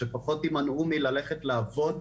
שפחות יימנעו ממלכת לעבוד.